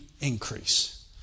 increase